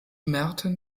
merten